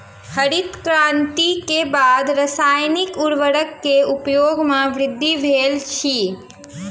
हरित क्रांति के बाद रासायनिक उर्वरक के उपयोग में वृद्धि भेल अछि